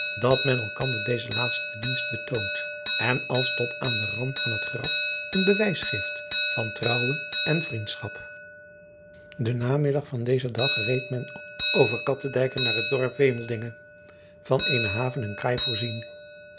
dat men elkander dezen laatsten dienst betoont en als tot aan den rand van het driaan oosjes zn et leven van illegonda uisman graf een bewijs geeft van trouwe en vriendschar en namiddag van dezen dag reed men over attendijke naar het dorp emeldingen van eene haven en kaai voorzien